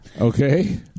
Okay